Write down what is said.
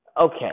okay